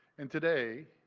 and today,